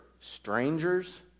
strangers